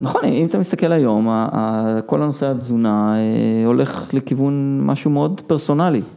נכון, אם אתה מסתכל היום, כל הנושא התזונה הולך לכיוון משהו מאוד פרסונלי.